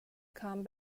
come